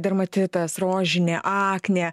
dermatitas rožinė aknė